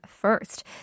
first